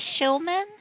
Shulman